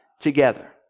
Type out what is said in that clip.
together